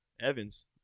Evans